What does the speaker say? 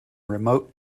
remote